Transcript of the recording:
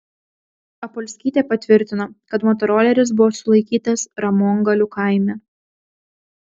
apolskytė patvirtino kad motoroleris buvo sulaikytas ramongalių kaime